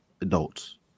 adults